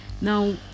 now